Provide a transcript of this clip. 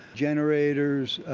generators